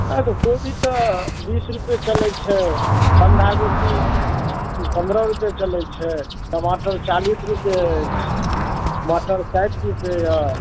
नहि तऽ कोबी तऽ बीस रुपैये चलै छै बन्धागोभी पन्द्रह रुपैये चलै छै टमाटर चालीस रुपैये अछि मटर साठि रुपैये यऽ